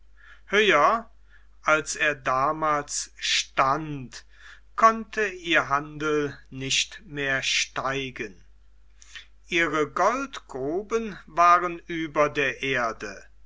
höher als er damals stand konnte ihr handel nicht mehr steigen ihre goldgruben waren über der erde